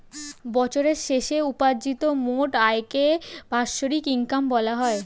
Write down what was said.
বছরের শেষে উপার্জিত মোট আয়কে বাৎসরিক ইনকাম বলা হয়